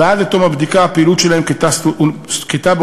ועד לתום הבדיקה הפעילות שלהם כתא באוניברסיטה,